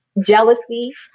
jealousy